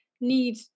need